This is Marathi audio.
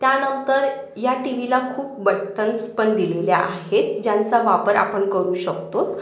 त्यानंतर या टी वीला खूप बटन्स पण दिलेले आहेत ज्यांचा वापर आपण करू शकतोत